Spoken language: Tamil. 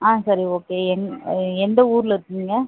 ஆ சரி ஓகே எந் எந்த ஊரில் இருக்கீங்க